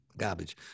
garbage